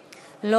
לא.